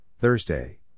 Thursday